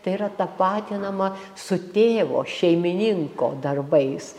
tai yra tapatinama su tėvo šeimininko darbais